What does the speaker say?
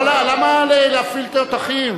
למה להפעיל תותחים?